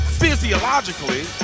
physiologically